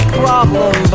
problem